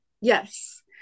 Yes